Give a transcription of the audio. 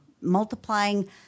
multiplying